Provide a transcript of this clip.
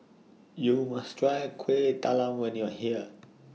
YOU must Try Kueh Talam when YOU Are here